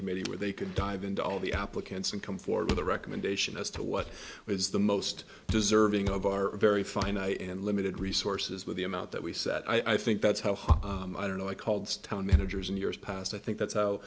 committee where they can dive into all the applicants and come forward with a recommendation as to what was the most deserving of our very finite and limited resources with the amount that we set i think that's how high i don't know i called town managers in years past i think that's how